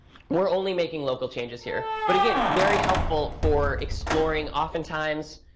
we're only making local changes here, but again, very helpful for exploring, oftentimes.